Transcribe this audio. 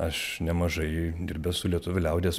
aš nemažai dirbęs su lietuvių liaudies